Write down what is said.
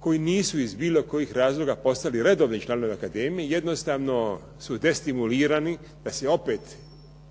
koji nisu iz bilo kojih razloga postali redovni članovi akademije, jednostavno su destimulirani da se opet